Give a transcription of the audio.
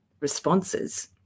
responses